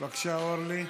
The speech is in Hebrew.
בבקשה, אורלי.